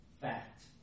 Fact